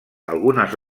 algunes